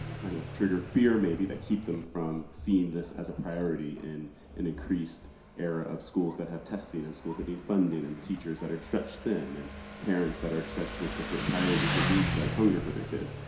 kind of trigger fear maybe. that keep them from seeing this as a priority in an increased era of schools that have testing and schools that need funding and teachers that are stretched thin and parents that are stretched with different priorities and needs like hunger for their kids.